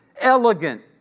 elegant